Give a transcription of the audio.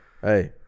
Hey